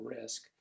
risk